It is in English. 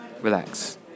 Relax